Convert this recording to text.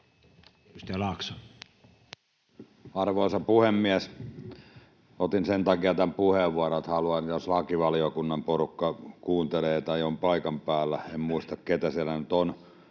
Arvoisa puhemies! Otin tämän puheenvuoron sen takia, että haluan, että jos lakivaliokunnan porukka kuuntelee tai on paikan päällä — en muista, keitä siellä nyt on